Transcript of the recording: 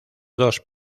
dos